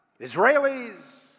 Israelis